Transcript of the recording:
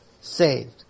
saved